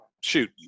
shoot